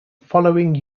following